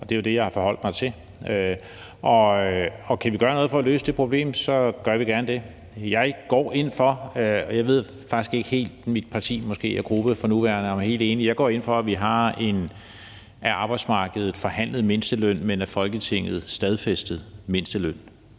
og det er jo det, jeg har forholdt mig til. Kan vi gøre noget for at løse det problem, gør vi gerne det. Jeg går ind for – og jeg ved faktisk ikke helt, om mit parti og min gruppe for nuværende er helt enige – at vi har en af arbejdsmarkedet forhandlet, men af Folketinget stadfæstet mindsteløn